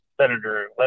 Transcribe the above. Senator